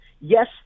yes